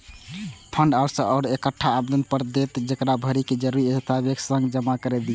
fund house अहां के एकटा आवेदन पत्र देत, जेकरा भरि कें जरूरी दस्तावेजक संग जमा कैर दियौ